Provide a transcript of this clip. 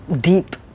deep